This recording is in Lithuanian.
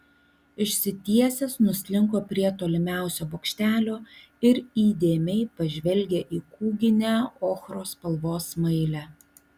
išsitiesęs nuslinko prie tolimiausio bokštelio ir įdėmiai pažvelgė į kūginę ochros spalvos smailę